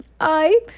I